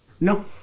no